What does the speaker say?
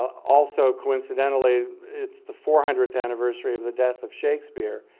also, coincidentally, it's the four hundredth anniversary of the death of shakespeare.